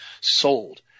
sold